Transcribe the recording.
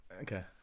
Okay